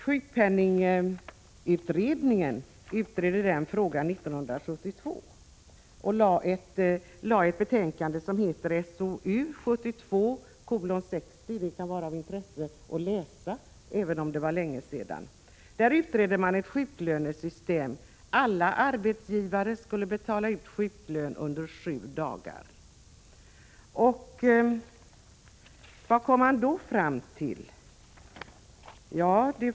Sjukpenningutredningen utredde den frågan 1972 och lade fram ett betänkande som heter SOU 1972:60. Det kan vara av intresse att läsa det, även om det var länge sedan det skrevs. Man utredde ett sjuklönesystem som byggde på att alla arbetsgivare skulle betala ut sjuklön under sju dagar utan arbetsgivarinträde.